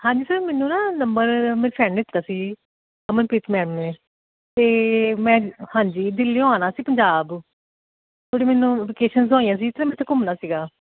ਹਾਂਜੀ ਸਰ ਮੈਨੂੰ ਨਾ ਨੰਬਰ ਮੇਰੇ ਫਰੈਂਡ ਨੇ ਦਿੱਤਾ ਸੀ ਅਮਨਪ੍ਰੀਤ ਮੈਮ ਨੇ ਅਤੇ ਮੈਂ ਹਾਂਜੀ ਦਿੱਲੀ ਆਉਣਾ ਸੀ ਪੰਜਾਬ ਥੋੜ੍ਹੀ ਮੈਨੂੰ ਵਕੇਸ਼ਨਜ਼ ਹੋਈਆਂ ਸੀ ਅਤੇ ਮੈਂ ਇੱਥੇ ਘੁੰਮਣਾ ਸੀਗਾ